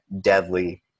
deadly